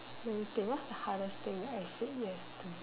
let me think what's the hardest thing I said yes to